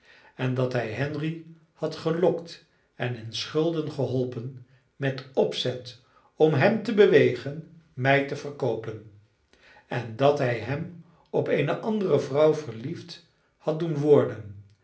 en dat hij henry had gelokt en in schulden geholpen met opzet om hem te bewegen mij te verkoopen en dat hij hem op eene andere vrouw verliefd had doen worden